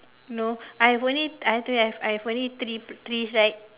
no I've only I told you I've I've only three trees right